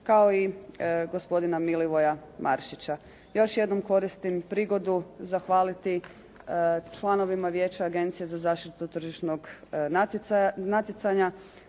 kao i gospodina Milivoja Maršića. Još jednom koristim prigodu zahvaliti članovima Vijeća Agencije za zaštitu tržišnog natjecanja